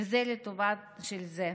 וזה לטובתו של זה.